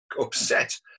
upset